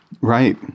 Right